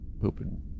pooping